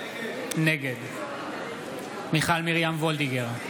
נגד מיכל מרים וולדיגר,